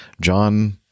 John